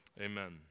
Amen